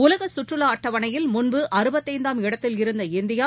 உலகசுற்றுவாஅட்டவணையில்முன்பு அறுபந்தைந்தாம் இடத்தில் இருந்த இந்தியா